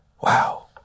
Wow